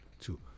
Two